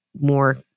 more